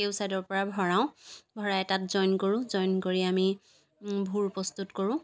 কেউ চাইডৰ পৰা ভৰাওঁ ভৰাই তাত জইন কৰোঁ জইন কৰি আমি ভূৰ প্ৰস্তুত কৰোঁ